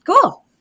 Cool